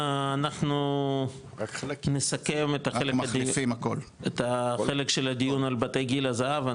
אנחנו נסכם את החלק של הדיון על בתי גיל הזהב.